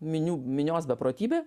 minių minios beprotybė